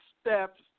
steps